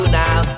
now